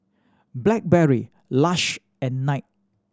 Blackberry Lush and Knight